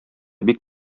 бик